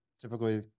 typically